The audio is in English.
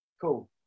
cool